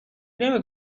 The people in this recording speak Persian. نمی